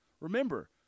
Remember